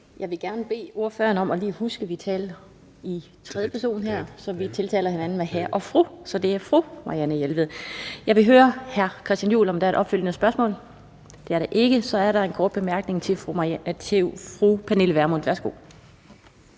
Jeg vil gerne bede ordføreren om lige at huske, at vi taler i tredje person her, og at vi tiltaler hinanden med hr. og fru. Så det hedder altså fru Marianne Jelved. Jeg vil høre hr. Christian Juhl, om der er et opfølgende spørgsmål. Det er der ikke. Så er der en kort bemærkning fra fru Pernille Vermund.